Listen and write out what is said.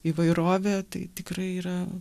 įvairovė tai tikrai yra